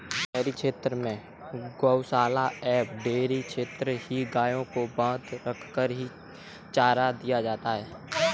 शहरी क्षेत्र में गोशालाओं एवं डेयरी क्षेत्र में ही गायों को बँधा रखकर ही चारा दिया जाता है